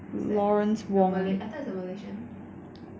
is that the malay~ I thought he was a malaysian